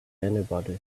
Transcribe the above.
anybody